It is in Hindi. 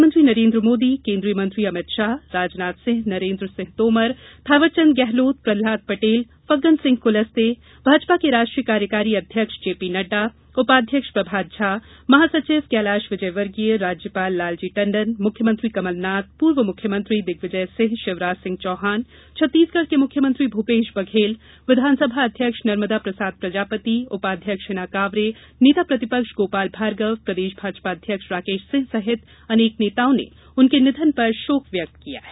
प्रधानमंत्री नरेन्द्र मोदी केन्द्रीय मंत्री अमित शाह राजनाथ सिंह नरेन्द्र सिंह तोमर थावरचंद गहलोत प्रहलाद पटेल फग्गन सिंह कुलस्ते भाजपा के राष्ट्रीय कार्यकारी अध्यक्ष जेपी नड्डा उपाध्यक्ष प्रभात झा महासचिव कैलाश विजयवर्गीय राज्यपाल लालजी टंडन मुख्यमंत्री कमलनाथ पूर्व मुख्यमंत्री दिग्विजय सिंह शिवराज सिंह चौहान छत्तीसगढ के मुख्यमंत्री भूपेश बघेल विधानसभा अध्यक्ष नर्मदा प्रसाद प्रजापति उपाध्यक्ष हिना कांवरे नेता प्रतिपक्ष गोपाल भार्गव प्रदेश भाजपा अध्यक्ष राकेश सिंह सहित अनेक नेताओं ने उनके निधन पर शोक व्यक्त किया है